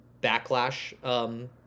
backlash